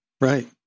Right